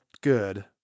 good